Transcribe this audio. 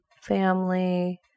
Family